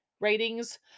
ratings